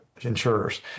insurers